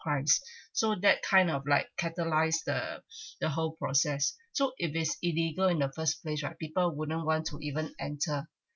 crimes so that kind of like catalyze the the whole process so if is illegal in the first place right people wouldn't want to even enter